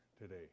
today